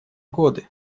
годы